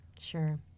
Sure